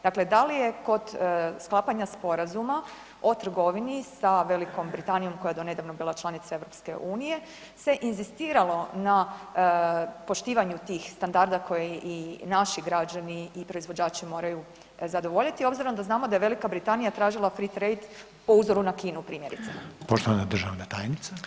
Dakle, da li je kod sklapanja Sporazuma o trgovini sa Velikom Britanijom koja je donedavno bila članica EU, se inzistiralo na poštivanju tih standarda koje i naši građani i proizvođači moraju zadovoljiti obzirom da znamo da je Velika Britanija tražila fit rate po uzoru na Kinu primjerice.